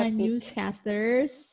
newscasters